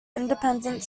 independent